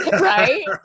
Right